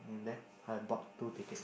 mm there I bought two tickets